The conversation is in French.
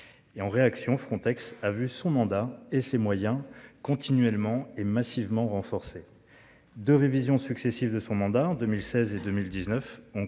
en réaction, Frontex a vu son mandat et ses moyens continuellement et massivement renforcé de révisions successives de son mandat en 2016 et 2019 ont